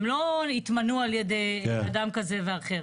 הם לא התמנו על ידי אדם כזה ואחר.